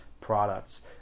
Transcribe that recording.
products